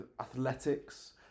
athletics